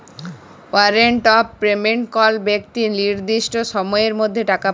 warrant of payment কল বেক্তি লির্দিষ্ট সময়ের মধ্যে টাকা পায়